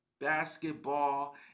basketball